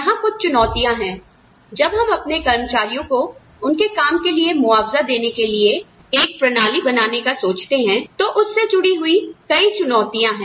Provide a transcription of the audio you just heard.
यहां कुछ चुनौतियाँ हैं जब हम अपने कर्मचारियों को उनके काम के लिए मुआवजा देने के लिए एक प्रणाली बनाने का सोचते हैं तो उस से जुड़ी हुई कुछ चुनौतियाँ हैं